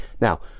Now